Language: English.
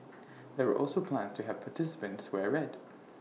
there were also plans to have participants wear red